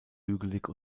hügelig